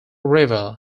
river